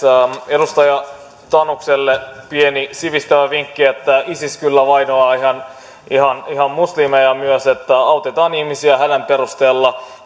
edustaja tanukselle pieni sivistävä vinkki että isis kyllä vainoaa ihan ihan muslimeja myös että autetaan ihmisiä hädän perusteella